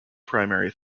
primary